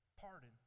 Pardon